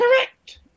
correct